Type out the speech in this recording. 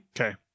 Okay